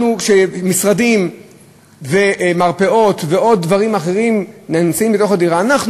כשמשרדים ומרפאות ועוד דברים אחרים הם בתוך דירות,